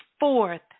Fourth